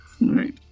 right